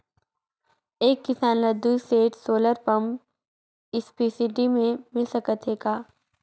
एक किसान ल दुई सेट सोलर पम्प सब्सिडी मे मिल सकत हे का?